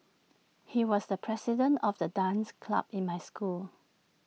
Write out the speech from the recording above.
he was the president of the dance club in my school